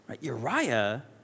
Uriah